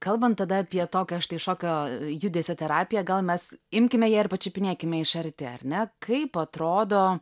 kalbant tada apie tokią štai šokio judesio terapiją gal mes imkime ją ir pačiupinėkime iš arti ar ne kaip atrodo